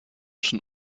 schon